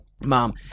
mom